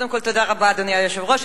קודם כול, תודה רבה, אדוני היושב-ראש.